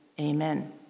Amen